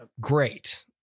great